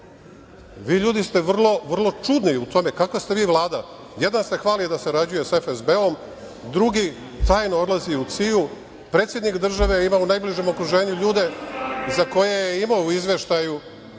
ljudi, ste vrlo čudni u tome. Kakva ste vi Vlada jedan se hvali da sarađuje sa FSB-om, drugi tajno odlazi u CIA-u. Predsednik države u najbližem okruženju ljude za koje je imao u izveštaju